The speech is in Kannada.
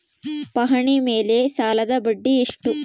ಪಹಣಿ ಮೇಲೆ ಸಾಲದ ಬಡ್ಡಿ ಎಷ್ಟು?